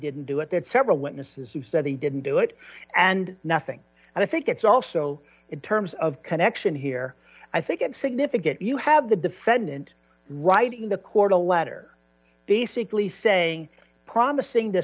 didn't do it that several witnesses who said he didn't do it and nothing and i think it's also in terms of connection here i think it's significant you have the defendant writing the court a letter basically saying promising to